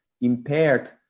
impaired